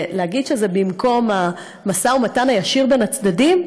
להגיד שזה במקום המשא-ומתן הישיר בין הצדדים,